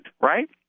right